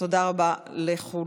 תודה רבה לכולם.